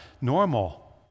normal